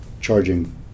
charging